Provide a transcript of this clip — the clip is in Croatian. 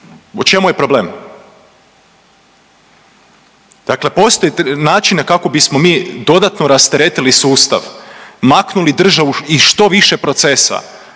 u čemu je problem. Dakle, postoji način kako bismo mi dodatno rasteretili sustav, maknuli državu iz što više procesa